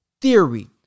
theory